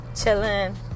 chilling